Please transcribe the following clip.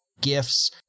gifts